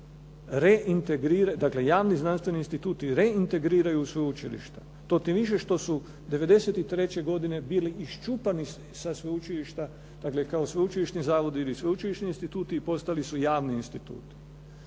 dakle javni znanstveni instituti reintegriraju u sveučilišta. To tim više što su '93. godine bili iščupani sa sveučilišta, dakle kao sveučilišni zavodi ili sveučilišni instituti i postali su javni institut.